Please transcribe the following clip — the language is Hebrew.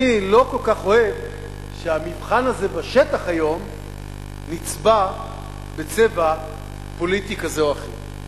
אני לא כל כך אוהב שהמבחן הזה בשטח היום נצבע בצבע פוליטי כזה או אחר.